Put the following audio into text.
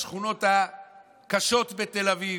בשכונות הקשות בתל אביב,